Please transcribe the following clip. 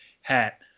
hat